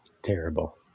Terrible